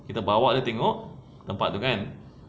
kita bawa dia tengok tempat itu kan